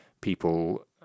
people